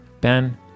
Ben